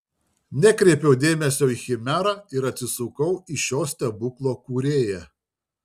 nekreipiau dėmesio į chimerą ir atsisukau į šio stebuklo kūrėją